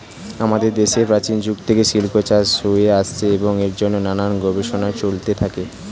আমাদের দেশে প্রাচীন যুগ থেকে সিল্ক চাষ হয়ে আসছে এবং এর জন্যে নানান গবেষণা চলতে থাকে